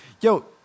Yo